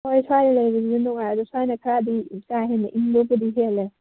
ꯍꯣꯏ ꯁ꯭ꯋꯥꯏ ꯂꯩꯕꯁꯦ ꯑꯗꯨꯝ ꯅꯨꯡꯉꯥꯏ ꯑꯗꯣ ꯁ꯭ꯋꯥꯏꯅ ꯈꯔ ꯑꯗꯨꯝ ꯀꯥ ꯍꯦꯟꯅ ꯏꯪꯕꯕꯨꯗꯤ ꯍꯦꯜꯂꯦ